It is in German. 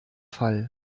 fall